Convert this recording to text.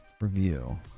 review